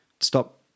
stop